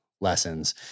lessons